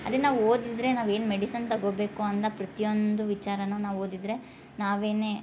ಅದೇ ನಾವು ಓದಿದ್ರೆ ನಾವು ಏನು ಮೆಡಿಸನ್ ತಗೊಬೇಕು ಅಂತ ಪ್ರತಿಯೊಂದು ವಿಚಾರನು ನಾವು ಓದಿದ್ರೆ ನಾವೇನೆ